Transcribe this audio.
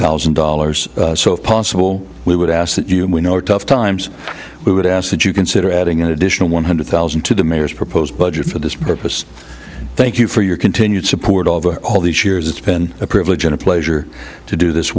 thousand dollars so if possible we would ask that you know tough times we would ask that you consider adding an additional one hundred thousand to the mayor's proposed budget for this purpose thank you for your continued support over all these years it's been a privilege and a pleasure to do this